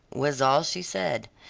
was all she said,